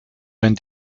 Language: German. wenn